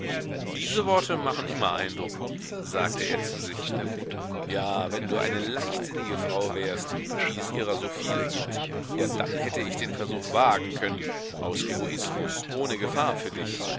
dieses wort machte immer eindruck sagte er zu sich ja wenn du eine leichtsinnige frau wärst wie es ihrer so viele gibt ja dann hätte ich den versuch wagen können aus egoismus ohne gefahr für dich